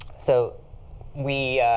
so we